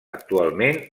actualment